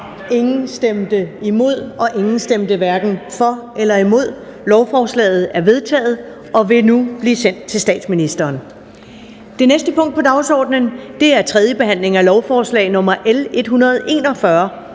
(UFG)), imod stemte 0, hverken for eller imod stemte 0. Lovforslaget er enstemmigt vedtaget og vil nu blive sendt til statsministeren. --- Det næste punkt på dagsordenen er: 2) 3. behandling af lovforslag nr. L 141: